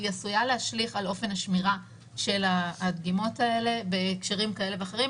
היא עשויה להשליך על אופן השמירה של הדגימות האלה בהקשרים כאלה ואחרים,